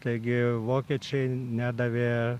taigi vokiečiai nedavė